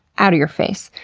out of your face.